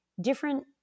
different